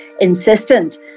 insistent